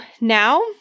now